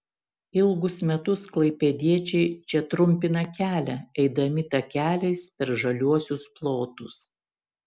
ilgus metus klaipėdiečiai čia trumpina kelią eidami takeliais per žaliuosius plotus